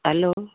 hello